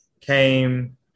came